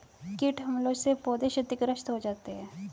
कीट हमले से पौधे क्षतिग्रस्त हो जाते है